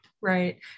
right